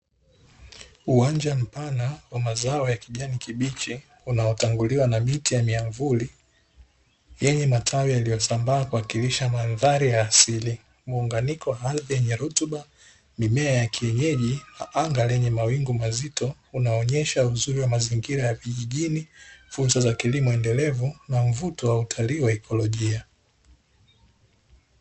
Uwanja mpana wa mazao ya kijani kibichi, unaotanguliwa na miti ya miamvuli yenye matawi yaliyosambaa kuwakilisha mandhari ya asili, muunganiko wa ardhi ya rutuba, mimea ya kienyeji na anga lenye mawingu mazito, unaoonyesha uzuri wa mazingira ya vijijini, fursa za kilimo endelevu na mvuto wa utalii wa ikolojia.